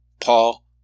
Paul